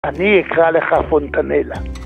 אני אקרא לך פונטנלה